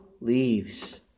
leaves